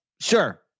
sure